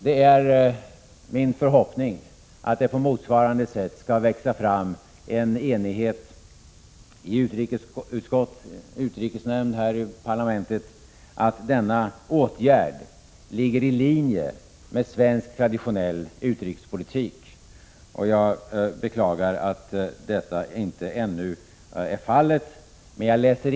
Det är min förhoppning att det på motsvarande sätt skall växa fram en enighet i utrikesnämnden och här i parlamentet om att denna åtgärd ligger i linje med svensk traditionell utrikespolitik. Jag beklagar att en sådan enighet ännu inte har nåtts.